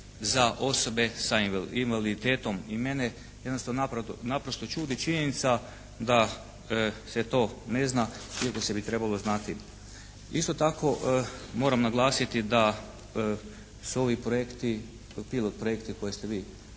za osobe sa invaliditetom. I mene jednostavno naprosto čudi činjenica da se to ne zna iako bi se trebalo znati. Isto tako, moram naglasiti da su ovi projekti, pilot projekti koje ste vi